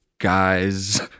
Guys